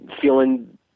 feeling